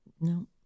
No